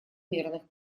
мирных